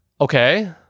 okay